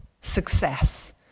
success